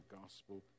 gospel